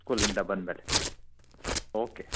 ಸ್ಕೂಲಿಂದ ಬಂದ ಮೇಲೆ ಓಕೆ